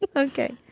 ok.